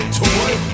toy